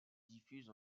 diffuse